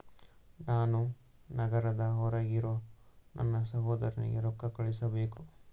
ನಾನು ನಗರದ ಹೊರಗಿರೋ ನನ್ನ ಸಹೋದರನಿಗೆ ರೊಕ್ಕ ಕಳುಹಿಸಬೇಕು